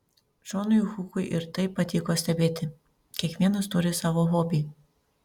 džonui hukui ir tai patiko stebėti kiekvienas turi savo hobį